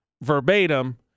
verbatim